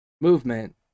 movement